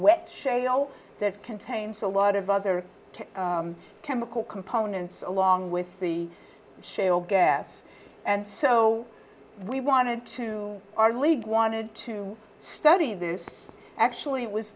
wet shale that contains a lot of other chemical components along with the shale gas and so we wanted to our league wanted to study this actually it was